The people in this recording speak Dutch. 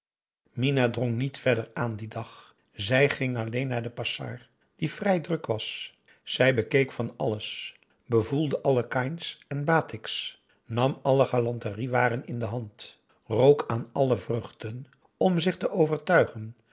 minah drong niet verder aan dien dag zij ging alleen naar den passar die vrij druk was zij bekeek van alles bevoelde alle kains en batiks nam alle galanterie waren in de hand rook aan alle vruchten om zich te overtuigen